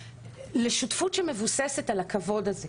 לשותפות שמבוססת על הכבוד הזה,